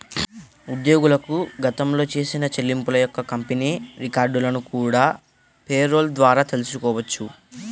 ఉద్యోగులకు గతంలో చేసిన చెల్లింపుల యొక్క కంపెనీ రికార్డులను కూడా పేరోల్ ద్వారా తెల్సుకోవచ్చు